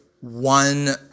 one